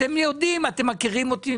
אתם מכירים אותי,